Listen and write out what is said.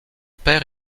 père